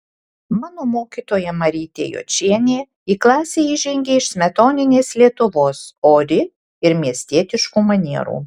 mano mokytoja marytė jočienė į klasę įžengė iš smetoninės lietuvos ori ir miestietiškų manierų